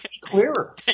clearer